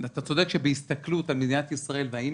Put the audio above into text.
אתה צודק שבהסתכלות על מדינת ישראל והאם